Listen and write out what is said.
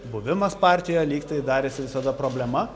buvimas partijoj lyg tai darėsi visada problema